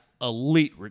elite